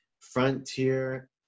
frontier